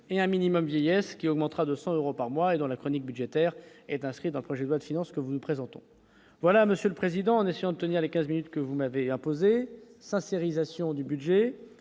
et un minimum vieillesse qui augmentera de 100 euros par mois, et dans la chronique budgétaire est inscrit dans le projet de loi de finances que vous nous présentons voilà, Monsieur le Président, en essayant de tenir les 15 minutes que vous m'avez imposé sa série stations du budget,